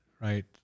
right